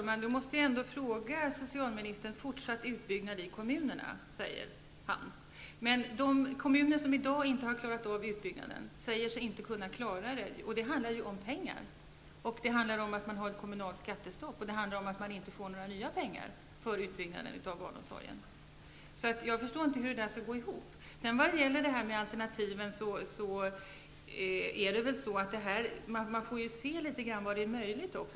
Herr talman! Socialministern talar om en fortsatt utbyggnad i kommunerna. Men de kommuner som i dag inte har klarat av utbyggnaden säger sig inte kunna klara det. Detta handlar ju om pengar, det handlar om ett kommunalt skattestopp och om att kommunerna inte får några nya pengar för utbyggnaden av barnomsorgen. Jag förstår därför inte hur det skall gå ihop. Vad gäller alternativen måste man väl också litet grand se vad som är möjligt.